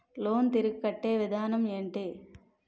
Loan తిరిగి కట్టే విధానం ఎంటి?